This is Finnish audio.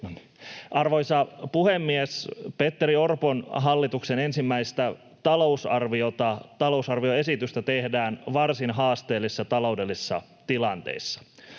Arvoisa puhemies! Petteri Orpon hallituksen ensimmäistä talousarvioesitystä tehdään varsin haasteellisessa taloudellisessa tilanteessa.